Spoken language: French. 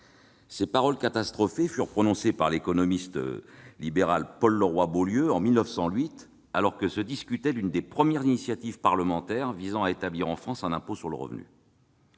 ces paroles catastrophées furent prononcées par l'économiste libéral Paul Leroy-Beaulieu, en 1908, alors qu'était discutée l'une des premières initiatives parlementaires visant à établir, en France, un impôt sur le revenu.